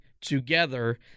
together